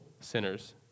sinners